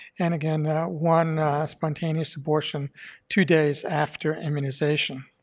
and again one spontaneous abortion two days after immunization.